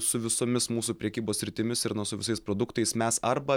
su visomis mūsų prekybos sritimis ir nu su visais produktais mes arba